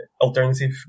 alternative